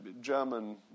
German